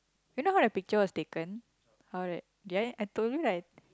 you know how the picture was taken how that did I I told you right